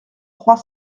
trois